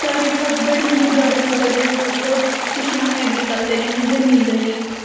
ساروی کھۄتہٕ بٔڑِس مِقدارَس منٛز اگر أسۍ وٕچھو سُہ چھِ یِوان ایٚگرِکَلچر یعنی زٔمیٖندٲری